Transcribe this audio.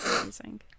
Amazing